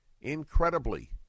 Incredibly